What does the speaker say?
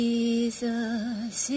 Jesus